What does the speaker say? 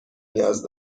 نیاز